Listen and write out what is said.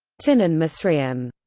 tienen mithraeum